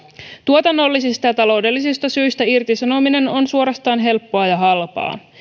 tuotannollisista ja taloudellisista syistä irtisanominen on suorastaan helppoa ja halpaa